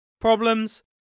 problems